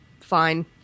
fine